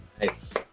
Nice